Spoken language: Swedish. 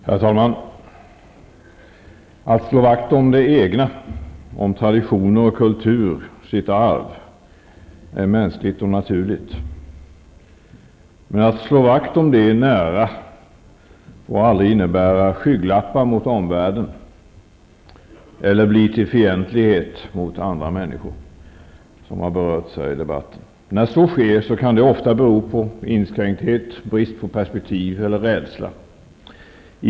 Herr talman! Att slå vakt om det egna -- om traditioner och kultur, sitt arv -- är mänskligt och naturligt. Men att slå vakt om det som står oss nära får aldrig innebära skygglappar mot omvärlden eller bli till fientlighet mot andra männniskor, vilket har berörts här i debatten. När så sker kan det ofta bero på inskränkthet, brist på perspektiv eller på rädsla.